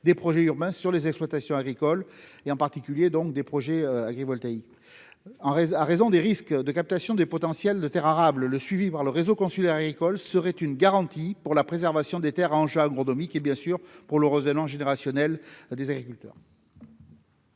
des projets urbains sur les exploitations agricoles, et en particulier donc des projets agrivoltaïsme en raison en raison des risques de captation des potentiels de Terres arables le suivi voir le réseau consulaire agricole serait une garantie pour la préservation des Terres Anja agronomique et bien sûr pour le reste allant générationnel des agriculteurs.